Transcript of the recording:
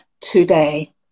today